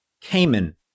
Cayman